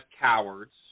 cowards